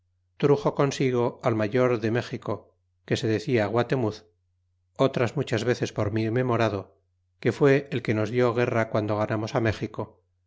truxo consigo al mayor de méxico que se decia guatemuz otras muchas veces por mi memorado que fué el que nos dió guerra guando ganamos méxico